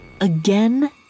Again